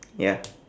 ya